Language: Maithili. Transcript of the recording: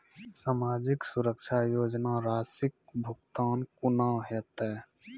समाजिक सुरक्षा योजना राशिक भुगतान कूना हेतै?